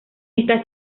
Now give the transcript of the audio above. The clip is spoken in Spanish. esta